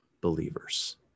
believers